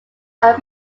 are